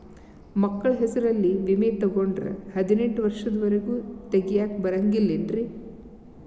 ಮಕ್ಕಳ ಹೆಸರಲ್ಲಿ ವಿಮೆ ತೊಗೊಂಡ್ರ ಹದಿನೆಂಟು ವರ್ಷದ ಒರೆಗೂ ತೆಗಿಯಾಕ ಬರಂಗಿಲ್ಲೇನ್ರಿ?